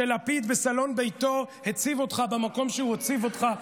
שלפיד בסלון ביתו הציב אותך במקום שהוא הציב אותך בסיעה.